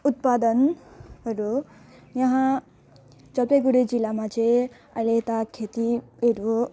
उत्पादन हरू यहाँ जलपाइगुडी जिल्लामा चाहिँ अब यता खेती अरू